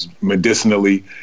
medicinally